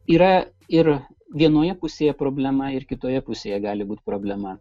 yra ir vienoje pusėje problema ir kitoje pusėje gali būt problema